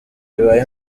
bibaye